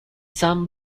san